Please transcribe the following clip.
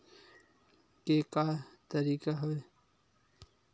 के का तरीका हवय?